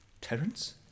Terence